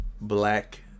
Black